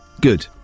good